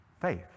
faith